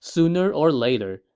sooner or later,